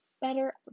better